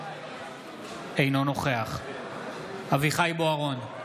אינו נוכח אביחי אברהם בוארון,